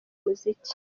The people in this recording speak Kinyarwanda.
umuziki